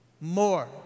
more